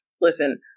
listen